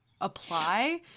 apply